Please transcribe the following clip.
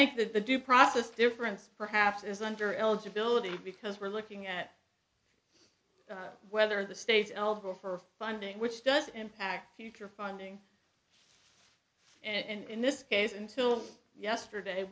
think that the due process difference perhaps is under eligibility because we're looking at whether the states all go for funding which does impact future funding and in this case until yesterday